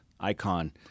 icon